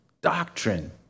doctrine